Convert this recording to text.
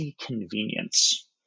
convenience